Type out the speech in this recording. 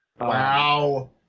Wow